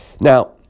Now